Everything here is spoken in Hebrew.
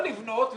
או לבנות,